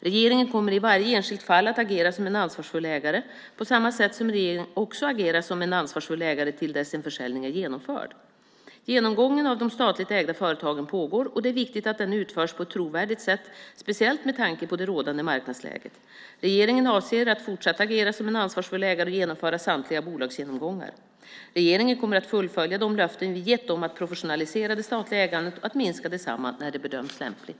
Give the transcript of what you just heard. Regeringen kommer i varje enskilt fall att agera som en ansvarsfull säljare, på samma sätt som regeringen också agerar som en ansvarsfull ägare till dess en försäljning är genomförd. Genomgången av de statligt ägda företagen pågår och det är viktigt att den utförs på ett trovärdigt sätt, speciellt med tanke på det rådande marknadsläget. Regeringen avser att fortsatt agera som en ansvarsfull ägare och genomföra samtliga bolagsgenomgångar. Regeringen kommer att fullfölja de löften vi gett om att professionalisera det statliga ägandet och att minska detsamma när det bedöms lämpligt.